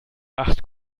acht